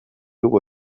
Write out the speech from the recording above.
dugu